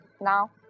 Now